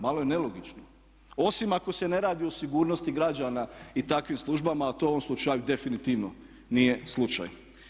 Malo je nelogično osim ako se ne radi o sigurnosti građana i takvim službama ali to u ovom slučaju definitivno nije slučaj.